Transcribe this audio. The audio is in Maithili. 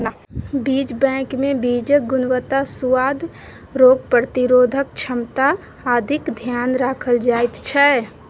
बीज बैंकमे बीजक गुणवत्ता, सुआद, रोग प्रतिरोधक क्षमता आदिक ध्यान राखल जाइत छै